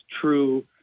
true